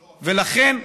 לא, פורר,